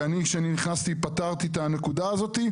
ואני כשאני נכנסתי פתרתי את הנקודה הזאת,